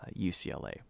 UCLA